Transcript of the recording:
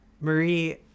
Marie